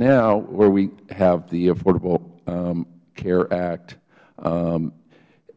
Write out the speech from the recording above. now where we have the affordable care act